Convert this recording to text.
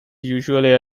usually